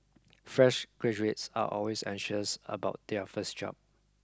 fresh graduates are always anxious about their first job